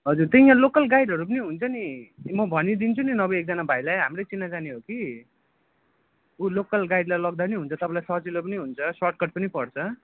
हजुर त्यही यहाँ लोकल गाइडहरू पनि हुन्छ नि म भनिदिन्छु नि नभए हाम्रो एकजना भाइलाई हाम्रै चिनाजानी हो कि ऊ लोकल गाइडलाई लगिँदा पनि हुन्छ तपाईँलाई सजिलो पनि हुन्छ सर्टकट पनि पर्छ